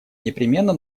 непременно